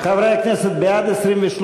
חברי הכנסת, בעד, 23,